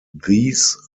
these